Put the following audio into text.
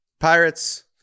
Pirates